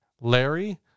Larry